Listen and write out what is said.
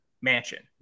mansion